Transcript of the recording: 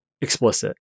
explicit